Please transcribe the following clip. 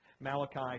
Malachi